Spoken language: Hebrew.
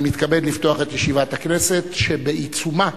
אני מתכבד לפתוח את ישיבת הכנסת, ובעיצומה